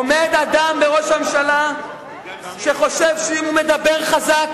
עומד בראש הממשלה אדם שחושב שאם הוא מדבר חזק,